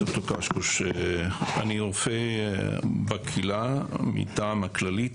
אני רופא בקהילה מטעם הכללית,